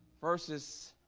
verses